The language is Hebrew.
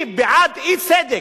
אני בעד אי-צדק,